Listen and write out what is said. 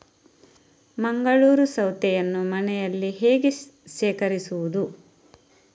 ಮಂಗಳೂರು ಸೌತೆಯನ್ನು ಮನೆಯಲ್ಲಿ ಹೇಗೆ ಶೇಖರಿಸುವುದು?